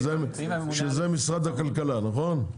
שזה משרד הכלכלה, נכון?